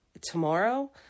tomorrow